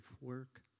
work